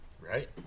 right